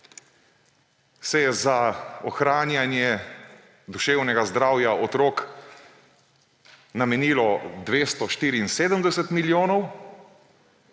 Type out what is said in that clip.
se je za ohranjanje duševnega zdravja otrok namenilo 274 milijonov,